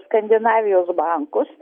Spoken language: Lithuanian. skandinavijos bankus